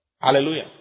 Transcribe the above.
Hallelujah